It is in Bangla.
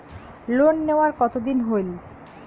লোন নেওয়ার কতদিন হইল?